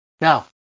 Now